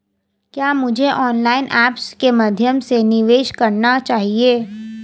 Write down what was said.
क्या मुझे online apps के माध्यम से निवेश करना चाहिए?